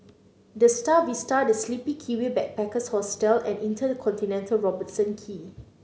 The Star Vista The Sleepy Kiwi Backpackers Hostel and InterContinental Robertson Quay